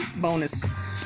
bonus